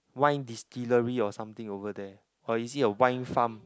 wine distillery or something over there or is it a wine farm